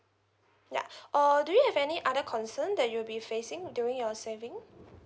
ya or do you have any other concern that you'll be facing during your saving